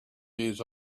years